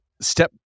Step